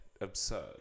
absurd